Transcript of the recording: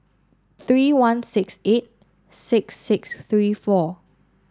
three one six eight six six three four